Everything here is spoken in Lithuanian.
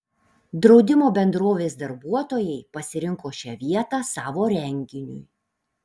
draudimo bendrovės darbuotojai pasirinko šią vietą savo renginiui